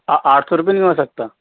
آٹھ سو روپئے نہیں ہو سکتا